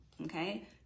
okay